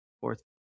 Fourth